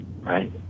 right